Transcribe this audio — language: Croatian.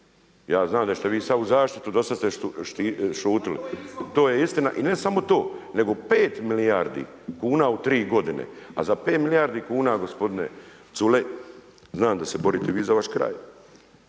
Ja znam da ćete vi sada u zaštitu, do sada ste šutili, to je istina. I ne samo to nego pet milijardi kuna u tri godine, a za pet milijardi kuna gospodine Culej, znam da se borite vi za vaš kraj,